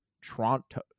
Toronto